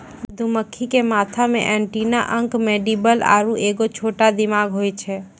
मधुमक्खी के माथा मे एंटीना अंक मैंडीबल आरु एगो छोटा दिमाग होय छै